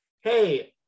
hey